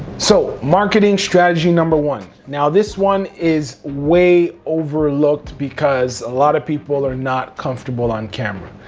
so, marketing strategy number one. now this one is way overlooked because a lot of people are not comfortable on camera,